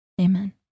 Amen